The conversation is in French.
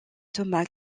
thomas